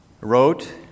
wrote